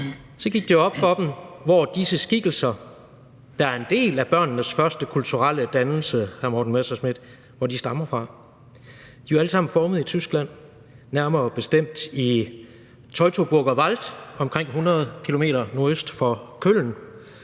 gik det op for dem, hvor disse skikkelser, der er en del af børnenes første kulturelle dannelse, hr. Morten Messerschmidt, stammer fra. De er jo alle sammen formet i Tyskland, nærmere bestemt i Teutoburger Wald omkring 100 km nordøst for Køln.